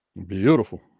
Beautiful